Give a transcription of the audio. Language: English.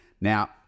Now